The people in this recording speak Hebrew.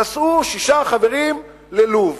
נסעו שישה חברים ללוב.